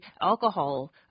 alcohol